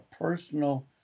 personal